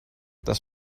das